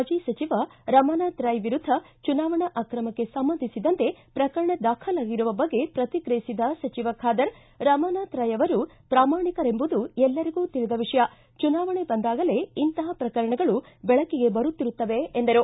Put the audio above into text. ಮಾಜಿ ಸಚಿವ ರಮಾನಾಥ ರೈ ವಿರುದ್ದ ಚುನಾವಣಾ ಅಕ್ರಮಕ್ಕೆ ಸಂಬಂಧಿಸಿದಂತೆ ಪ್ರಕರಣ ದಾಖಲಾಗಿರುವ ಬಗ್ಗೆ ಪ್ರತಿಕ್ರಿಯಿಸಿದ ಸಚಿವ ಖಾದರ್ ರಮಾನಾಥ ರೈ ಅವರು ಪ್ರಾಮಾಣಿಕರೆಂಬುದು ಎಲ್ಲರಿಗೂ ತಿಳಿದ ವಿಷಯ ಚುನಾವಣೆ ಬಂದಾಗಲೇ ಇಂತಹ ಪ್ರಕರಣಗಳು ದೆಳಕಿಗೆ ಬರುತ್ತಿರುತ್ತವೆ ಎಂದರು